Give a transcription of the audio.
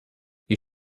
you